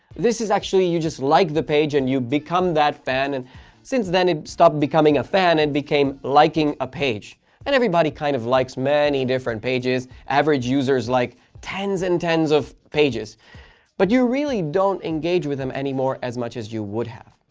this is actually you just like the page and you become that fan and since then it stopped becoming a fan. it became liking a page and everybody kind of likes many different pages. average users like tens and tens of pages but you really don't engage with them anymore as much as you would have.